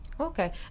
Okay